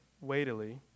weightily